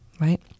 right